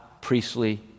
priestly